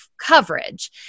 coverage